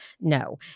No